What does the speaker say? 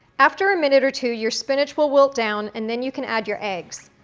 after a minute or two, your spinach will wilt down and then you can add your eggs.